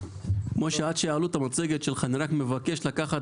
לפני שתעלה המצגת אני מבקש,